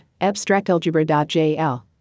AbstractAlgebra.jl